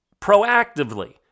proactively